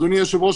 אדוני היושב-ראש,